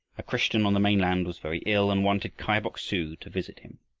a christian on the mainland was very ill and wanted kai bok-su to visit him.